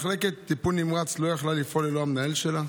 מחלקת טיפול נמרץ לא יכלה לפעול ללא המנהל שלה?